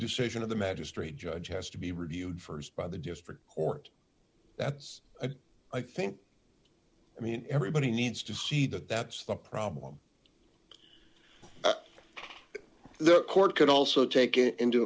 decision of the magistrate judge has to be reviewed by the district court that's a i think i mean everybody needs to see that that's the problem the court could also take it into